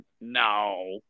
No